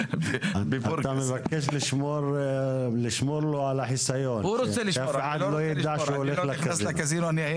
אתה מבקש לשמור לו על החיסיון כדי שלא ידעו שהוא נכנס לקזינו.